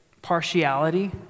partiality